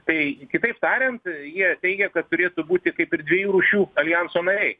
tai kitaip tariant jie teigia kad turėtų būti kaip ir dviejų rūšių aljanso nariai